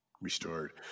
restored